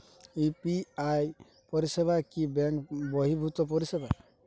UPI পরিসেবা কি bank বর্হিভুত পরিসেবা?